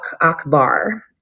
Akbar